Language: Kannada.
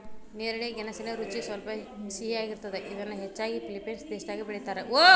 ನೇರಳೆ ಗೆಣಸಿನ ರುಚಿ ಸ್ವಲ್ಪ ಸಿಹಿಯಾಗಿರ್ತದ, ಇದನ್ನ ಹೆಚ್ಚಾಗಿ ಫಿಲಿಪೇನ್ಸ್ ದೇಶದಾಗ ಬೆಳೇತಾರ